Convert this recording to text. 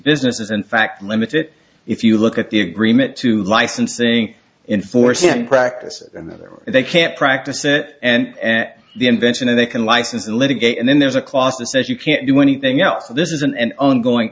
businesses in fact limited if you look at the agreement to licensing in force and practices in that they can't practice it and at the invention and they can license litigate and then there's a cost to says you can't do anything else this is an ongoing